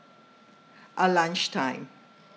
ah lunchtime